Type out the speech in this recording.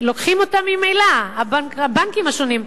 לוקחים אותה ממילא הבנקים השונים,